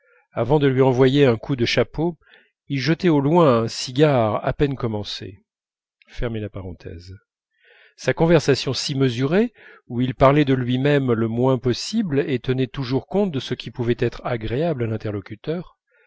avant de lui envoyer un coup de chapeau il jetait au loin un cigare à peine commencé sa conversation si mesurée où il parlait de lui-même le moins possible et tenait toujours compte de ce qui pouvait être agréable à